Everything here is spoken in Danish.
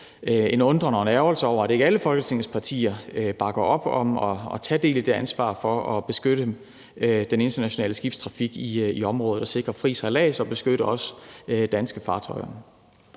Jeg undrer og ærgrer mig over, at ikke alle Folketingets partier bakker op om at tage del i ansvaret for at beskytte den internationale skibstrafik i området og sikre fri sejlads og beskytte også danske fartøjer.